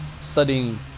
studying